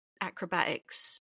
acrobatics